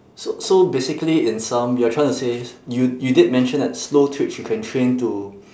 so so basically in sum you are trying to say you you did mention that slow twitch you can train to